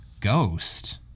Ghost